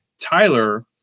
Tyler